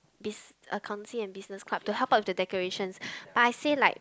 biz accountancy and business club to help out with the decorations but I say like